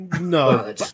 No